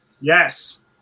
Yes